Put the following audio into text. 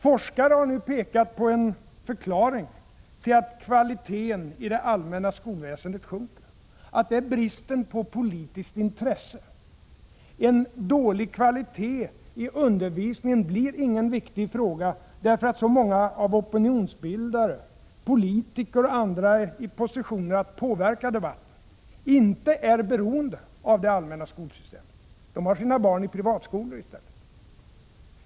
Forskare har nu pekat på att en förklaring till att kvaliteten i det allmänna skolväsendet sjunker är bristen på politiskt intresse. En dålig kvalitet i undervisningen blir ingen viktig fråga därför att så många opinionsbildare, politiker och andra i positioner att påverka debatten inte är beroende av det allmänna skolsystemet. De har sina barn i privatskolor i stället.